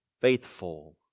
faithful